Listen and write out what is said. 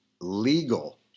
legal